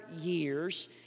years